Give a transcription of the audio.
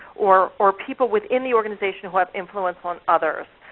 or or people within the organizations who have influence on others.